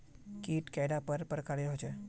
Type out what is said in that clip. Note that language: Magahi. कीट कैडा पर प्रकारेर होचे?